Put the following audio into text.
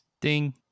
Ding